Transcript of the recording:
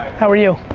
how are you.